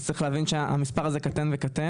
אז צריך להבין שהמספר הזה קטן וקטן,